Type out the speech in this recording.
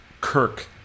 Kirk